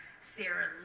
Sarah